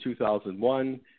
2001